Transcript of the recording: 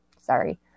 Sorry